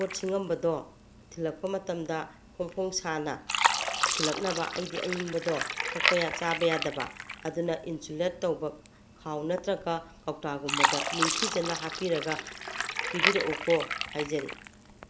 ꯄꯣꯠ ꯁꯤꯡꯉꯝꯕꯗꯣ ꯊꯤꯜꯂꯛꯄ ꯃꯇꯝꯗ ꯐꯣꯡ ꯐꯣꯡ ꯁꯥꯅ ꯊꯤꯜꯂꯛꯅꯕ ꯑꯩꯗꯤ ꯑꯏꯪꯕꯗꯣ ꯊꯛꯄ ꯆꯥꯕ ꯌꯥꯗꯕ ꯑꯗꯨꯅ ꯏꯟꯁꯨꯂꯦꯠ ꯇꯧꯕ ꯈꯥꯎ ꯅꯠꯇ꯭ꯔꯒ ꯀꯧꯇꯥꯒꯨꯝꯕꯗ ꯅꯤꯡꯊꯤꯖꯅ ꯍꯥꯞꯄꯤꯔꯒ ꯄꯤꯕꯤꯔꯛꯎꯀꯣ ꯍꯥꯏꯖꯔꯤ